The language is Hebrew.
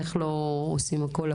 איך לא עושים הכול,